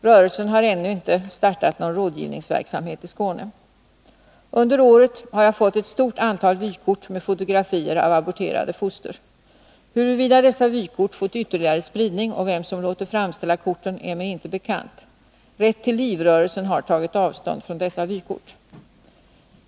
Rörelsen har ännu inte startat någon rådgivningsverksamhet i Skåne. Under året har jag fått ett stort antal vykort med fotografier av aborterade foster. Huruvida dessa vykort fått ytterligare spridning och vem som låter framställa korten är mig inte bekant. Rätt till liv-rörelsen har tagit avstånd från dessa vykort.